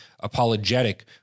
apologetic